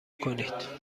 کنید